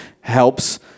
helps